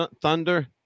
Thunder